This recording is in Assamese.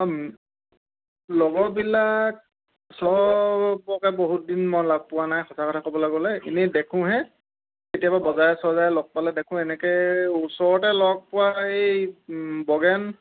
অঁ লগৰবিলাক ও চবকে বহুত দিন মই লগ পোৱা নাই সচা কথা ক'বলে গ'লে এনেই দেখোহে কেতিয়াবা বজাৰে চজাৰে লগ পালে দেখো এনেকে ওচৰতে লগ পোৱা এই বগেন